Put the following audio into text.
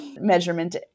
measurement